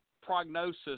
prognosis